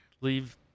leave